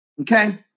Okay